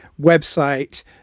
website